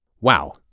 Wow